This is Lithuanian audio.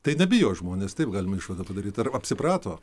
tai nebijo žmonės taip galim išvadą padaryt ar apsiprato